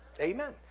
Amen